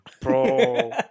Bro